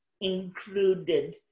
included